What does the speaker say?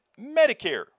Medicare